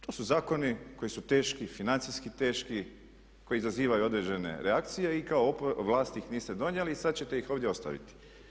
To su zakoni koji su teški, financijski teški, koji izazivaju određene reakcije i kao vlast ih niste donijeli i sada ćete ih ovdje ostaviti.